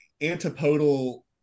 antipodal